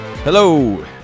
Hello